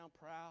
proud